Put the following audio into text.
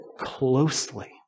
closely